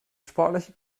sportliche